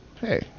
Hey